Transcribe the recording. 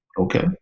Okay